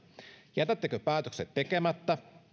jätättekö päätökset tekemättä